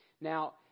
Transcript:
Now